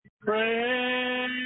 pray